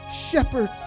shepherd